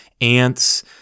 ants